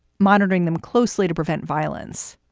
monitoring them closely to prevent violence.